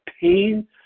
pain